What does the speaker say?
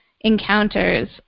encounters